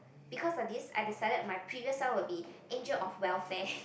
because of this I decided my previous one will be angel of welfare